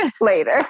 later